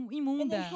imunda